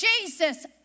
Jesus